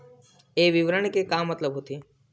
ये विवरण के मतलब का होथे?